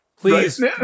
Please